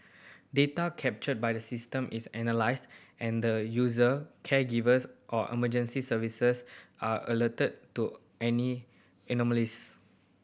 data captured by the system is analysed and the user caregivers or emergency services are alerted to any anomalies